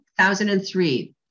2003